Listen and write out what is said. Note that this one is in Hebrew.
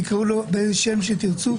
תקראו לו באיזה שם שתרצו,